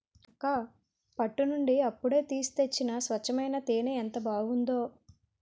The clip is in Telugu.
అక్కా పట్టు నుండి ఇప్పుడే తీసి తెచ్చిన స్వచ్చమైన తేనే ఎంత బావుందో